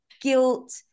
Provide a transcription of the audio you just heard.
guilt